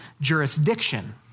jurisdiction